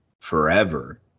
forever